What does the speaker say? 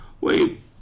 Wait